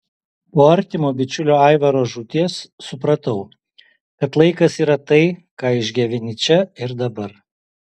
po artimo bičiulio aivaro žūties supratau kad laikas yra tai ką išgyveni čia ir dabar